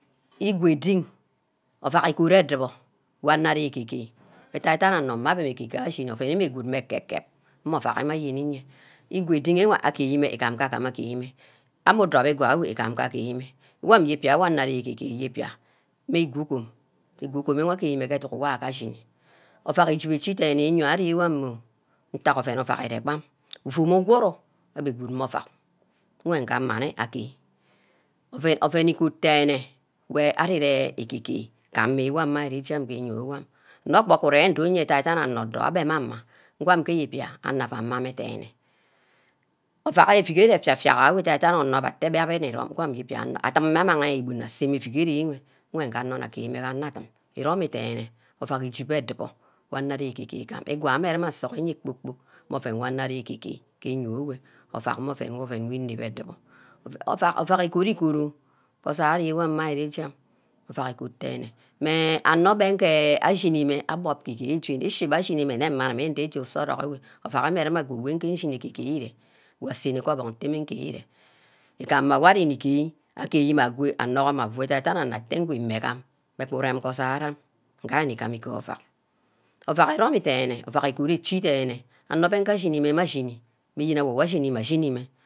Igwe-din ovack igod edubor, wana arear ke ege ge, idan dan onor mmeh abbe ege-ge ashini, abbe good mme eke kep, mme ovack wor ayeni-mmeh igwe-din nweh igame iga agame agear mmeh amme ijop igwa ewe igam iga agear mmeh iwon ibia wor onor arear agear-gear iyibia woh igugom ichi ne-ameh wor amah ntaghe oben ovack ire iob uwm uguru abbeh good mme ovack nwe nga amah nne agear oven igoat dene wey ari-rear ege-gear ga amin gor ame ije ke eniyni wor nne ogbor kure ndor ke edandan onor odor abe mmeh ama gwam kke eyibia onor aua mma-mme dene, ovack eaigere ifia-fiak ada-da onor abbeh tebe nirome gumeh ibia abor adim-meh amang ibine ase ke euigere ebwe wor nge anor nna gaer mme gah anor edim emmi dene, ovack ijibe adubor wwa onor arear gaer gaer igwa arem mma asugi iye kpor-kpork mmeh oven wor anor arear ege-gear ke inyoi enwe ovack mme oven oven wor inebbi edubor ovack ovack igob igod oh ke osoil ari wor marje ovack igod denne, mmeh anor-beh ngear ashimi-meh nne anim nde-chi usorock enwe, ovack wi-remna good wey nde shini-meh age-gear ire igam wor ari- nigaer, agear mme aso anogho mme afu ida-dan onor atteh ngo imegam mmeh ku rem ke osoil arim nge ari-niga-ma igaer ovack, ovack irome denne ovack igod ichi denne, anor nge aje ashini mmeh mah ashini njene awor mmeh ashini mmeh ashini mmeh